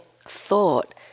thought